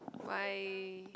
why